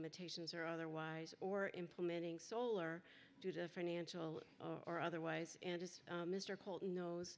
limitations or otherwise or implementing solar due to financial or otherwise and as mr colton knows